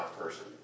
person